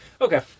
Okay